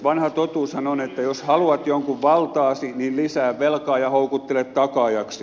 vanha totuushan on että jos haluat jonkun valtaasi niin lisää velkaa ja houkuttele takaajaksi